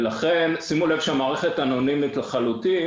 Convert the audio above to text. ולכן שימו לב שהמערכת אנונימית לחלוטין,